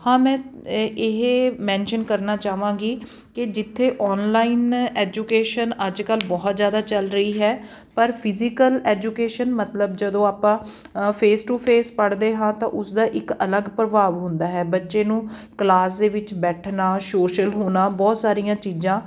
ਹਾਂ ਮੈਂ ਇਹ ਇਹ ਮੈਨਸ਼ਨ ਕਰਨਾ ਚਾਹਵਾਂਗੀ ਕਿ ਜਿੱਥੇ ਔਨਲਾਈਨ ਐਜੂਕੇਸ਼ਨ ਅੱਜ ਕੱਲ੍ਹ ਬਹੁਤ ਜ਼ਿਆਦਾ ਚੱਲ ਰਹੀ ਹੈ ਪਰ ਫਿਜੀਕਲ ਐਜੂਕੇਸ਼ਨ ਮਤਲਬ ਜਦੋਂ ਆਪਾਂ ਫੇਸ ਟੂ ਫੇਸ ਪੜ੍ਹਦੇ ਹਾਂ ਤਾਂ ਉਸਦਾ ਇੱਕ ਅਲੱਗ ਪ੍ਰਭਾਵ ਹੁੰਦਾ ਹੈ ਬੱਚੇ ਨੂੰ ਕਲਾਸ ਦੇ ਵਿੱਚ ਬੈਠਣਾ ਸੋਸ਼ਲ ਹੋਣਾ ਬਹੁਤ ਸਾਰੀਆਂ ਚੀਜ਼ਾਂ